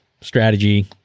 Strategy